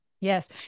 Yes